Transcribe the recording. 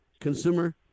Consumer